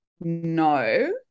no